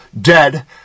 dead